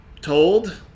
told